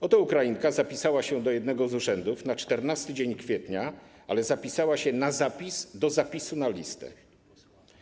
Oto Ukrainka zapisała się do jednego z urzędów na 14 kwietnia, ale zapisała się na zapis do zapisu na listę.